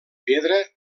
pedra